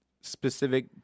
specific